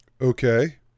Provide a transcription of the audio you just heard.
Okay